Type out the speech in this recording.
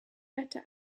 better